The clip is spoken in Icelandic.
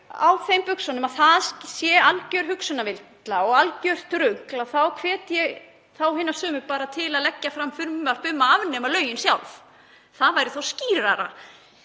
á þeim buxunum að það sé alger hugsunarvilla og algjört rugl þá hvet ég þá hina sömu bara til að leggja fram frumvarp um að afnema lögin sjálf. Það væri þó skýrara.